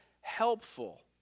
helpful